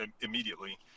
immediately